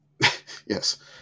Yes